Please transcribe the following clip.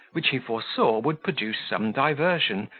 which he foresaw would produce some diversion,